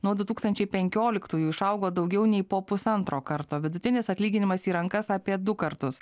nuo du tūkstančiai penkioliktųjų išaugo daugiau nei po pusantro karto vidutinis atlyginimas į rankas apie du kartus